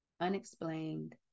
unexplained